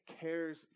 cares